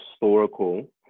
historical